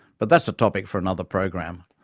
but that's a topic for another program.